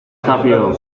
zafio